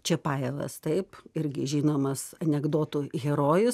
čiapajevas taip irgi žinomas anekdotų herojus